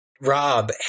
Rob